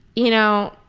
you know,